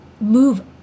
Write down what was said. move